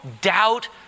doubt